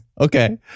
Okay